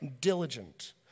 diligent